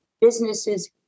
businesses